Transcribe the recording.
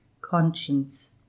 conscience